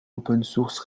opensource